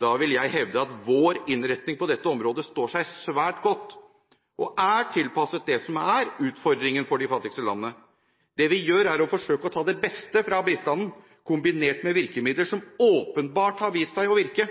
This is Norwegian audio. Da vil jeg hevde at vår innretning på dette området står seg svært godt og er tilpasset det som er utfordringene for de fattigste landene. Det vi gjør, er å forsøke å ta det beste fra bistanden, kombinert med virkemidler som åpenbart har vist seg å virke,